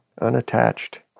Unattached